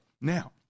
Now